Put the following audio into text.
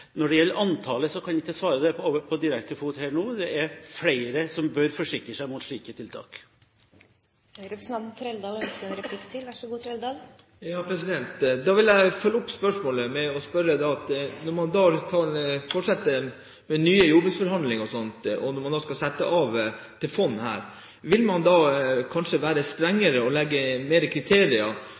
Når det gjelder antallet, kan jeg ikke svare på stående fot. Det er flere som bør forsikre seg mot slike tiltak. Da vil jeg følge opp svaret med å spørre: Når man fortsetter med nye jordbruksforhandlinger, og når man her skal sette av til fond, vil man kanskje være strengere og legge flere kriterier til grunn for at også bønder – som er selvstendig næringsdrivende, som statsråden sier – på en måte blir pålagt å